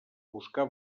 buscar